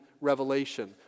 Revelation